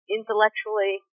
intellectually